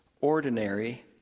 ordinary